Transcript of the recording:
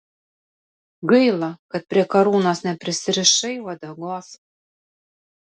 gaila kad prie karūnos neprisirišai uodegos